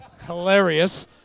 Hilarious